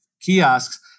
kiosks